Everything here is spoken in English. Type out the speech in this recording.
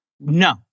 No